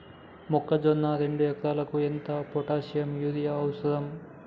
మొక్కజొన్న రెండు ఎకరాలకు ఎంత పొటాషియం యూరియా అవసరం?